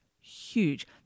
huge